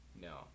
No